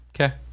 Okay